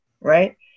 right